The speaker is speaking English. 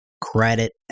credit